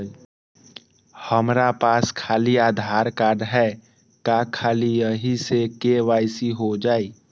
हमरा पास खाली आधार कार्ड है, का ख़ाली यही से के.वाई.सी हो जाइ?